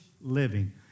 living